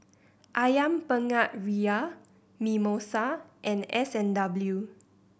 Ayam Penyet Ria Mimosa and S and W